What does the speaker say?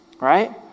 Right